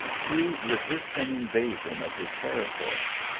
to resist an in vasion of his territories.